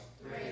Three